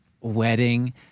wedding